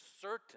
certain